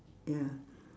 ya